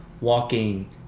walking